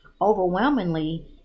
Overwhelmingly